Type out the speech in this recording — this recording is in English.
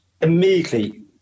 immediately